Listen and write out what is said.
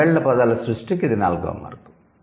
సమ్మేళన పదాల సృష్టికి ఇది నాల్గవ మార్గం